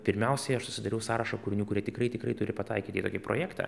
pirmiausiai aš susidariau sąrašą kūrinių kurie tikrai tikrai turi pataikyti į tokį projektą